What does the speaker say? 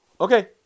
Okay